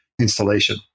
installation